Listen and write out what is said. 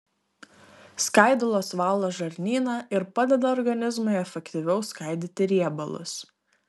skaidulos valo žarnyną ir padeda organizmui efektyviau skaidyti riebalus